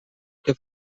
que